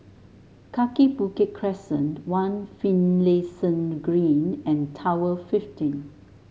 Kaki Bukit Crescent One Finlayson Green and Tower Fifteen